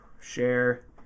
share